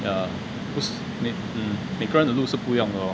yeah it is mm 每个人的路都是不一样的 lor